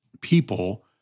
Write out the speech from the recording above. people